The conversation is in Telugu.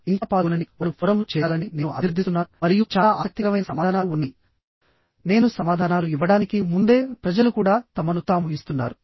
ఇంకా పాల్గొనని వారు ఫోరమ్లో చేరాలని నేను అభ్యర్థిస్తున్నాను మరియు చాలా ఆసక్తికరమైన సమాధానాలు ఉన్నాయినేను సమాధానాలు ఇవ్వడానికి ముందే ప్రజలు కూడా తమను తాము ఇస్తున్నారు